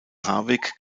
harvick